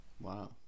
Wow